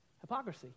Hypocrisy